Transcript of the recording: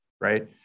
Right